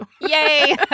Yay